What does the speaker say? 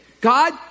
God